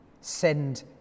send